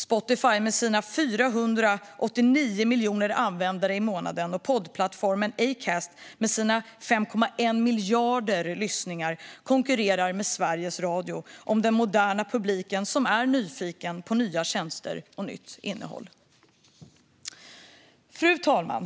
Spotify med sina 489 miljoner användare i månaden eller poddplattformen Acast med sina 5,1 miljarder lyssningar konkurrerar med Sveriges Radio om den moderna publiken som är nyfiken på nya tjänster och nytt innehåll. Fru talman!